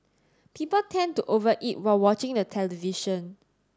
people tend to over eat while watching the television